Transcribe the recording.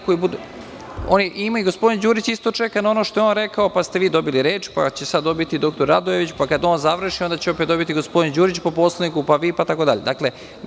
Gospodin Đurić isto čeka na ono što je on rekao, pa ste vi dobili reč, pa će sad dobiti dr Radojević, pa kad on završi, onda će opet dobiti gospodin Đurić po Poslovniku, pa vi, i tako dalje.